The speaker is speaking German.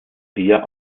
bier